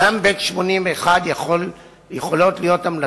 בן 81. גם בבן 81 יכולות להיות המלצות,